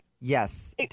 Yes